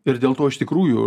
ir dėl to iš tikrųjų